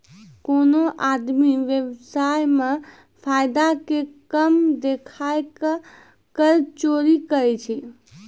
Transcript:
कोनो आदमी व्य्वसाय मे फायदा के कम देखाय के कर चोरी करै छै